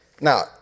Now